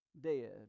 dead